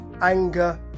anger